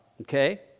okay